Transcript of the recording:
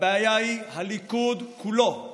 הבעיה היא הליכוד כולו.